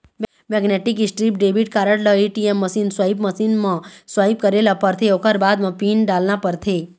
magnetic stripe debit card ल ATM machine, swipe machine म swipe करे ल परथे ओखर बाद म पिन डालना परथे